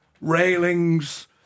railings